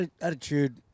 attitude